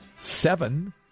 seven